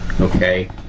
Okay